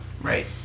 Right